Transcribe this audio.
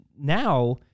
now